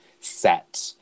set